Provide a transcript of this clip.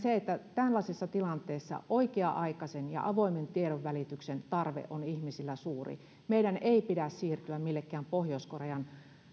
tällaisessa tilanteessa oikea aikaisen ja avoimen tiedonvälityksen tarve on ihmisillä suuri meidän ei pidä siirtyä millekään pohjois korean